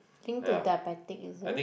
link to diabetic is it